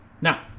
Now